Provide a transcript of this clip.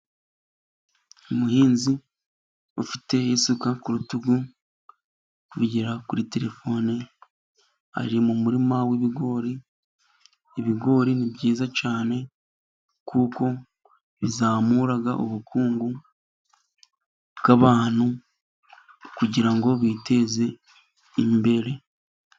Umuhinzi ufite isuka ku rutugu, ari kuvugura kuri telefone, ari mu murima w'ibigori, ibigori ni byiza cyane kuko bizamura ubukungu bw'abantu, kugira ngo biteze imbere.